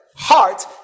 heart